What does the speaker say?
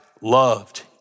loved